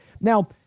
Now